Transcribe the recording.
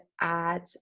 add